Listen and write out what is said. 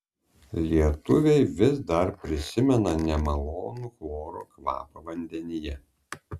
lietuviai vis dar prisimena nemalonų chloro kvapą vandenyje